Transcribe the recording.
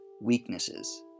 weaknesses